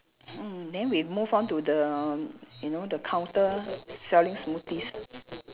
mm then we move on to the you know the counter selling smoothies